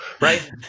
right